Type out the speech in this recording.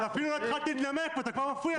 אני אפילו לא התחלתי לנמק ואתה כבר מפריע לי.